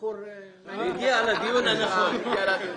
תודה לך.